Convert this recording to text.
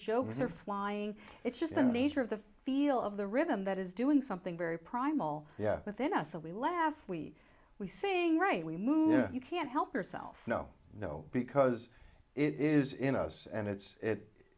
jokes are flying it's just in nature of the feel of the rhythm that is doing something very primal yeah within us and we laugh we we saying right we move you can't help yourself no no because it is in us and it's it